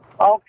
Okay